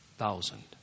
thousand